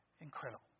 incredible